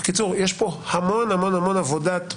בקיצור, יש פה המון המון המון עבודת מטה.